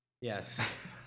Yes